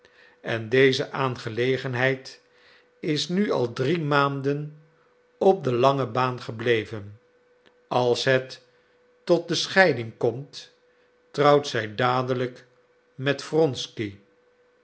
en deze aangelegenheid is nu al drie maanden op de lange baan gebleven als het tot de scheiding komt trouwt zij dadelijk met wronsky